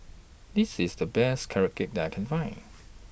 This IS The Best Carrot Cake that I Can Find